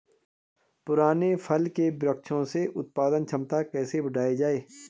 पुराने फल के वृक्षों से उत्पादन क्षमता कैसे बढ़ायी जाए?